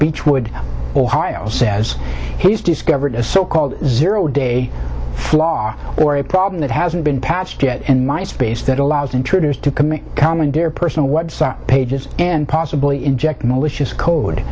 beechwood ohio says he's discovered a so called zero day flaw or a problem that hasn't been patched yet and my space that allows intruders to commandeer personal websites and possibly inject malicious code